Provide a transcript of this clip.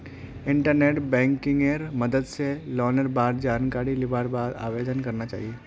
internet बैंकिंगेर मदद स लोनेर बार जानकारी लिबार बाद आवेदन करना चाहिए